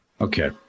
Okay